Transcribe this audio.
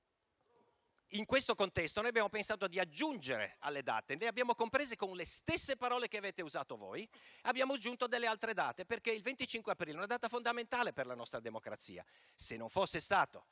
in questo contesto abbiamo pensato di aggiungere alle date - che abbiamo compreso con le stesse parole che avete usato voi - delle altre date. Il 25 aprile è una data fondamentale per la nostra democrazia, perché se non fosse stato